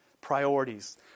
priorities